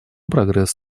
прогресс